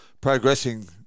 progressing